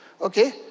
Okay